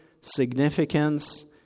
significance